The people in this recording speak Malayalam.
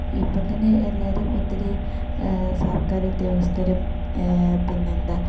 ഇപ്പം തന്നെ എല്ലാവരും ഒത്തിരി സർക്കാർ ഉദ്യോഗസ്ഥരും പിന്നെന്താ